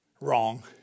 Wrong